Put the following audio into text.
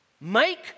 Make